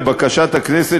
לבקשת הכנסת,